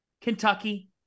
Kentucky